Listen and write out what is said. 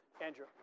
Andrew